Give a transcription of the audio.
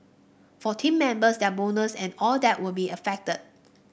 for team members their bonus and all that will be affected